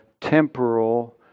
temporal